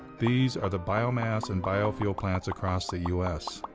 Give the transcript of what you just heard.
these are the biomass and biofuel plants across the u s.